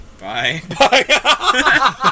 Bye